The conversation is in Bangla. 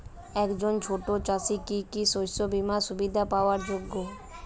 একজন ছোট চাষি কি কি শস্য বিমার সুবিধা পাওয়ার যোগ্য?